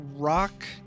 rock